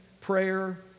prayer